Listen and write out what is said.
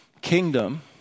kingdom